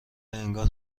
انگار